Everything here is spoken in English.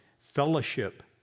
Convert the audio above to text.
fellowship